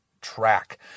track